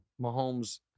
Mahomes